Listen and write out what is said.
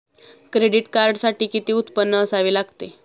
Credit कार्डसाठी किती उत्पन्न असावे लागते?